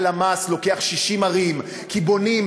הלמ"ס לוקח 60 ערים כי בונים.